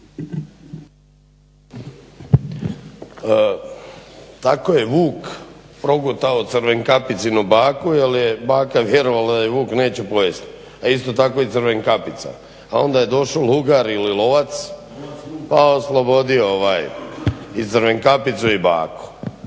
Tako je vuk progutao Crvenkapicinu baku, jer je baka vjerovala da je vuk neće pojesti, a isto tako i Crvenkapica. A onda je došao lugar ili lovac pa oslobodio i Crvenkapicu i baku.